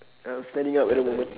I'm standing up at the moment